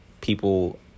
people